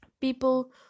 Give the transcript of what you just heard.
people